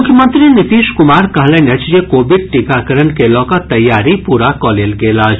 मुख्यमंत्री नीतीश कुमार कहलनि अछि जे कोविड टीकाकरण के लऽ कऽ तैयारी पूरा कऽ लेल गेल अछि